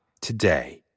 today